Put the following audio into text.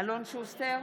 אלון שוסטר,